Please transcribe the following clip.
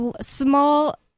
small